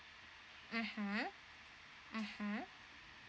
mmhmm mmhmm